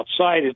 outside